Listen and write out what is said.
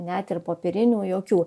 net ir popierinių jokių